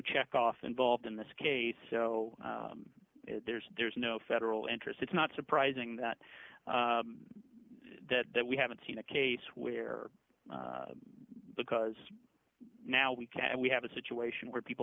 check off involved in this case so there's there's no federal interest it's not surprising that that that we haven't seen a case where the cause now we can we have a situation where people